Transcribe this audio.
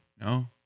No